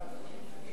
מי